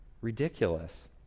ridiculous